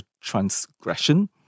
transgression